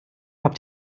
habt